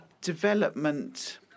development